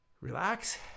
relax